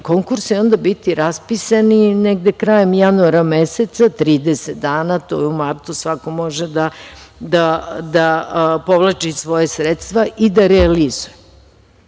konkursi onda biti raspisani negde krajem januara meseca, 30 dana, to je u martu i svako može da povlači svoja sredstva i da realizuje. Najveći